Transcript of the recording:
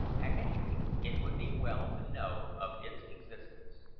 at any rate, it would be well to know of its existence.